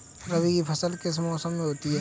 रबी की फसल किस मौसम में होती है?